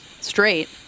straight